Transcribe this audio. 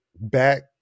back